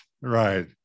Right